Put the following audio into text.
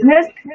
business